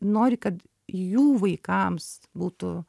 nori kad jų vaikams būtų